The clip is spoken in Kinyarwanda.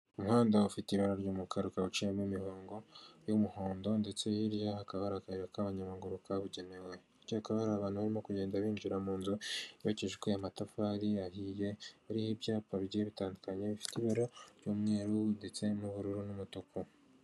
Umuhanda ufite ibara ry'umukara ukaba uciyemo imirongo y'umuhondo ndetse hirya hakaba hari akayira k'abanyamaguru kabugenewe, hirya hakaba hari abantu barimo kugenda binjira mu nzu yubakishijwe amatafari ahiye, iriho ibyapa bigiye bitandukanye bifite ibara ry'umweru ndetse n'ubururu n'umutuku.